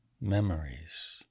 memories